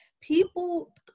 People